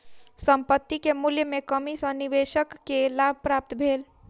संपत्ति के मूल्य में कमी सॅ निवेशक के लाभ प्राप्त भेल